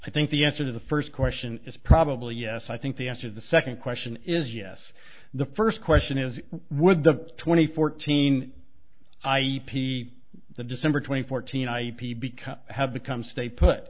i think the answer to the first question is probably yes i think the answer the second question is yes the first question is would the twenty fourteen i e p the december twenty fourth teen ip become have become stay put